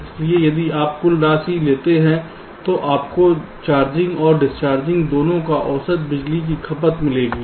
इसलिए यदि आप कुल राशि लेते हैं तो आपको चार्जिंग और डिस्चार्जिंग दोनों पर औसत बिजली की खपत मिलेगी